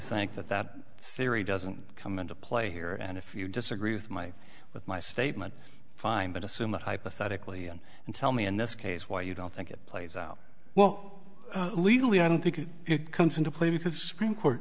think that that theory doesn't come into play here and if you disagree with my with my statement fine but assume hypothetically and tell me in this case why you don't think it plays out well legally i don't think it comes into play because supreme court